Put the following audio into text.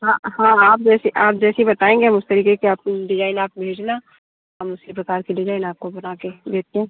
हाँ हाँ आप जैसी आप जैसी बताएँगे हम उस तरीके की आप डिजाइन आप भेजना हम उसी प्रकार की डिजाइन आपको बना के देते हैं